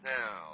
Now